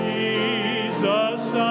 Jesus